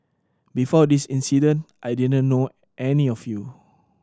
before this incident I didn't know any of you